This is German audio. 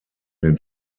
den